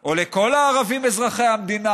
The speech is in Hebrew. או לכל הערבים אזרחי המדינה,